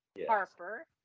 Harper